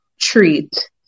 treat